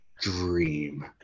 Dream